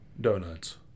Donuts